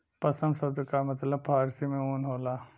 पसम सब्द का मतलब फारसी में ऊन होला